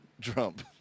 Trump